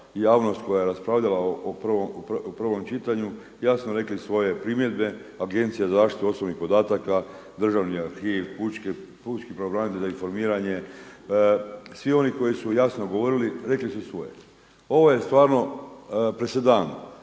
javnost koja je raspravljala o prvom čitanju jasno rekli svoje primjedbe, Agencija za zaštitu osobnih podataka, Državni arhiv, Pučki pravobranitelj za informiranje, svi oni koji su jasno govorili rekli su svoje. Ovo je stvarno presedan